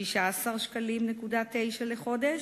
16.9 שקלים לחודש,